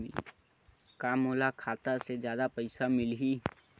का मोला खाता से जादा पईसा मिलही?